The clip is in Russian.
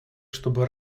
чтобы